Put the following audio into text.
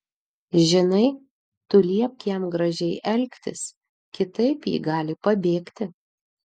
žinai tu liepk jam gražiai elgtis kitaip ji gali pabėgti